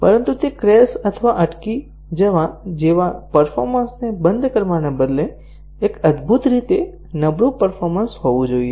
પરંતુ તે ક્રેશ અથવા અટકી જવા જેવા પરફોર્મન્સ ને બંધ કરવાને બદલે એક અદભૂત રીતે નબળું પરફોર્મન્સ હોવું જોઈએ